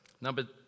Number